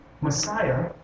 Messiah